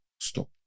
stop